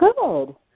Good